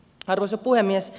arvoisa puhemies